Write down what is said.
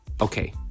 okay